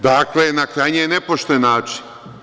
Dakle, na krajnje nepošten način.